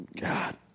God